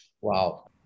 Wow